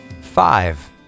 five